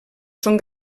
són